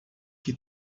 que